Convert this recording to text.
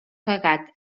pagat